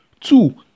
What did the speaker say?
two